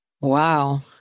Wow